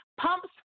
Pumps